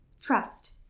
trust